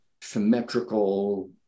symmetrical